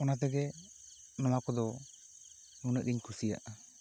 ᱚᱱᱟ ᱛᱮᱜᱮ ᱱᱚᱣᱟ ᱠᱚᱫᱚ ᱱᱩᱱᱟᱹᱜ ᱜᱤᱧ ᱠᱩᱥᱤᱭᱟᱜᱼᱟ